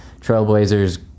Trailblazers